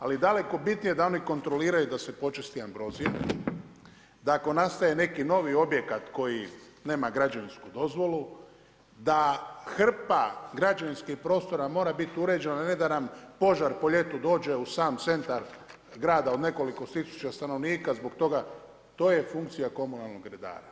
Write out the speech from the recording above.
Ali daleko bitnije je da oni kontroliraju da se počisti ambrozija, da ako nastaje neki novi objekat koji nema građevinsku dozvolu, da hrpa građevinskih prostora mora biti uređena, a ne da nam požar po ljeti dođu sam centar grada od nekoliko tisuća stanovnika zbog toga, to je funkcija komunalnog redara.